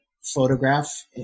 photograph